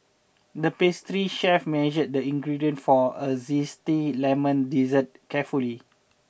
the pastry chef measured the ingredients for a zesty lemon dessert carefully